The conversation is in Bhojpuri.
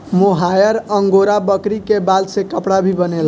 मोहायर अंगोरा बकरी के बाल से कपड़ा भी बनेला